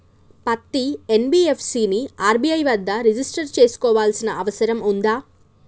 పత్తి ఎన్.బి.ఎఫ్.సి ని ఆర్.బి.ఐ వద్ద రిజిష్టర్ చేసుకోవాల్సిన అవసరం ఉందా?